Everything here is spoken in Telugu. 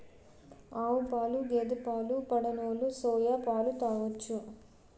ఆవుపాలు గేదె పాలు పడనోలు సోయా పాలు తాగొచ్చు